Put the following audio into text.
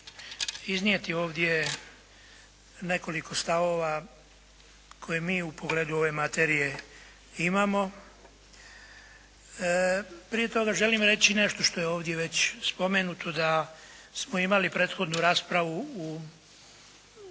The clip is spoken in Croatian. iznijeti ovdje nekoliko stavova koje mi u pogledu ove materije imamo. Prije toga želim reći nešto što je ovdje već i spomenuto da smo imali prethodnu raspravu u